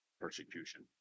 Persecution